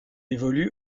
évolue